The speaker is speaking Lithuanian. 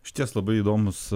išties labai įdomūs